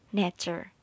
nature